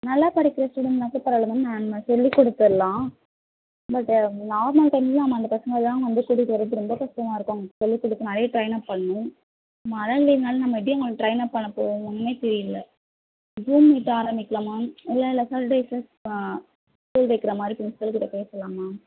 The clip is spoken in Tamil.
நல்லா படிக்கிற ஸ்டூடண்ட்டுனாச்சும் பரவாயில்ல மேம் நம்ம சொல்லி கொடுத்துட்லாம் பட்டு நார்மல் டைம்லேயும் நம்ம அந்த பசங்களைலாம் வந்து கூட்டிட்டு வர்றது ரொம்ப கஷ்டமா இருக்கும் அவங்களுக்கு சொல்லி கொடுத்து நிறைய ட்ரெயினப் பண்ணும் மழைன்றனால நம்ம எப்படி அவங்கள ட்ரெயினப் பண்ணப் போகிறோம் ஒன்றுமே தெரியலை ஸூம் மீட் ஆரம்மிக்கலாமா இல்லை டேஸில் ஸ்கூல் வைக்கிற மாதிரி ப்ரின்ஸ்பல் கிட்டே பேசலாமா